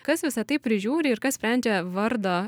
kas visa tai prižiūri ir kas sprendžia vardo